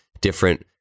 different